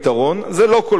זה לא כל כך פשוט,